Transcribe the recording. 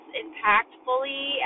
impactfully